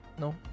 No